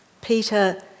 Peter